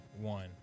one